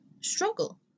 struggle